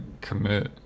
commit